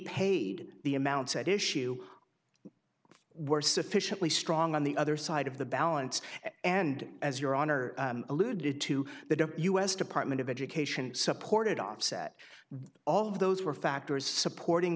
repaid the amount said issue were sufficiently strong on the other side of the balance and as your honor alluded to the u s department of education supported offset all of those were factors supporting